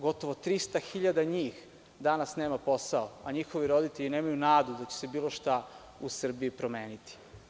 Gotovo 300.000 njih danas nema posao, a njihovi roditelji nemaju nadu da će se bilo šta u Srbiji promeniti.